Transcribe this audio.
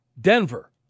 Denver